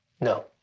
no